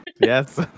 yes